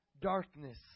darkness